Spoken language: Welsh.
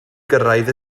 gyrraedd